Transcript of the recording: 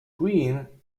queen